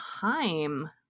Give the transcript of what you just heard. time